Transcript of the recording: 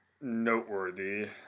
noteworthy